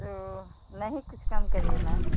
तो नहीं कुछ कम करिए मैम